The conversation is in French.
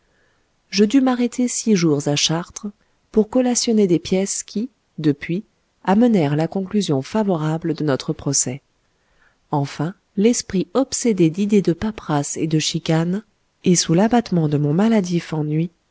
je dus m'arrêter six jours à chartres pour collationner des pièces qui depuis amenèrent la conclusion favorable de notre procès enfin l'esprit obsédé d'idées de paperasses et de chicane et sous l'abattement de mon maladif ennui